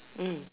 mm